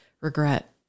regret